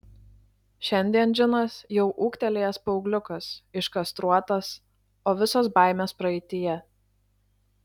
šiandien džinas jau ūgtelėjęs paaugliukas iškastruotas o visos baimės praeityje